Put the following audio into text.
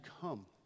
come